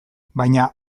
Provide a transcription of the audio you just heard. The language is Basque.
baina